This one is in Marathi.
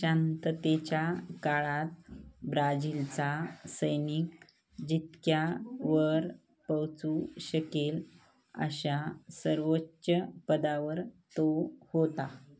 शांततेच्या काळात ब्राझीलचा सैनिक जितक्या वर पोचू शकेल अशा सर्वोच्च पदावर तो होता